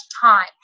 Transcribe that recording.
time